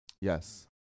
yes